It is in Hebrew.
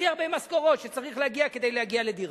הכי הרבה משכורות שצריך כדי להגיע לדירה.